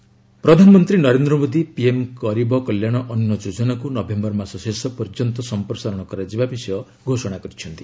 PM address ପ୍ରଧାନମନ୍ତ୍ରୀ Narendra Modi PM ଗରିବ କଲ୍ୟାଣ ଅନୁ ଯୋଜନାକୁ ନଭେୟର ମାସ ଶେଷ ପର୍ଯ୍ୟନ୍ତ ସମ୍ପ୍ରସାରଣ କରାଯିବା ବିଷୟ ଘୋଷଣା କରିଛନ୍ତି